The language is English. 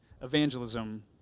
evangelism